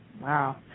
Wow